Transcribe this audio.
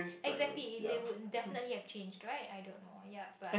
exactly they would definitely exchange right I don't know ya but